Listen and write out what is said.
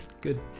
Good